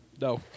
No